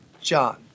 John